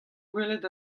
gwelet